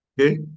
Okay